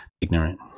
ignorant